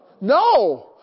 No